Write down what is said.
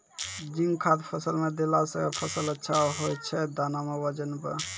zinc खाद फ़सल मे देला से फ़सल अच्छा होय छै दाना मे वजन ब